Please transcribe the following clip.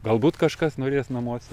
galbūt kažkas norės namuose